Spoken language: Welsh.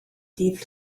dydd